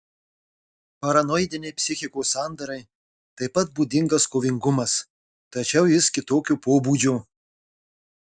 paranoidinei psichikos sandarai taip pat būdingas kovingumas tačiau jis kitokio pobūdžio